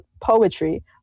poetry